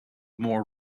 more